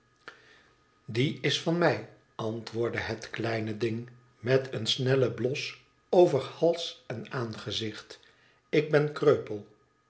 die is van mij antwoordde het kleine ding met een snellen blos over hals en aangezicht ik ben kreupel